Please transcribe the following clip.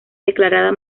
declarada